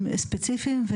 ספציפיים,